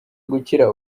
gukira